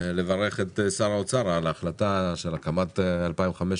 לברך את שר האוצר על ההחלטה להקים 2,500